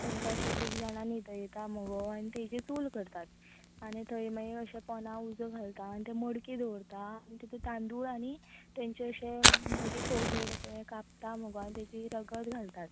तेंकां अशें तीग जाणांक न्हिदयतात मुगो आनी तेचेंर चूल करतात आनी थंय मागीर अशें पोंदा उजो घालतात मोडकी दवरता तितूंत तादूंळ आनी तेंचे अशें मदीं फोर हेड कापता मुगो आनी तेंचे रगत घालतात